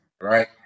Right